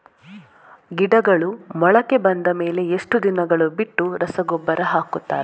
ಗಿಡಗಳು ಮೊಳಕೆ ಬಂದ ಮೇಲೆ ಎಷ್ಟು ದಿನಗಳು ಬಿಟ್ಟು ರಸಗೊಬ್ಬರ ಹಾಕುತ್ತಾರೆ?